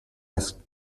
asked